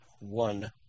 One